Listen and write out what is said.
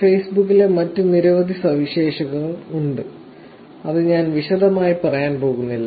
ഫേസ്ബുക്കിൽ മറ്റ് നിരവധി സവിശേഷതകൾ ഉണ്ട് അത് ഞാൻ വിശദമായി പറയാൻ പോകുന്നില്ല